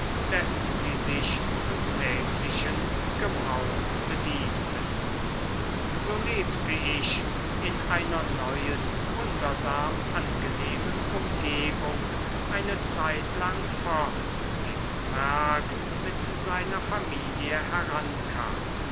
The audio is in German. dessen sie sich zum täglichen gebrauch bediente so lebte ich in einer neuen wundersam angenehmen umgebung eine zeitlang fort bis merck mit seiner familie herankam